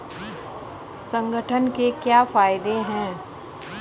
संगठन के क्या फायदें हैं?